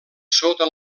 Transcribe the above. sota